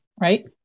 right